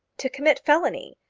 to commit felony!